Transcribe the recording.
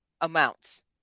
amounts